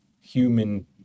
human